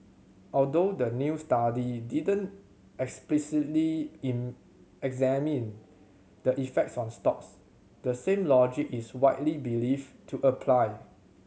although the new study didn't explicitly in examine the effects on stocks the same logic is widely believed to apply